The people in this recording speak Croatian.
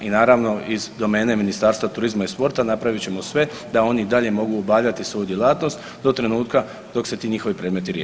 I naravno iz domene Ministarstva turizma i sporta napravit ćemo sve da oni i dalje mogu obavljati svoju djelatnost do trenutka dok se ti njihovi predmeti riješe.